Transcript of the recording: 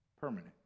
permanent